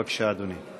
בבקשה, אדוני.